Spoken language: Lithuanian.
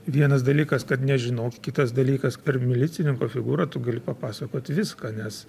vienas dalykas kad nežinau kitas dalykas per milicininko figūrą tu gali papasakot viską nes